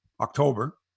October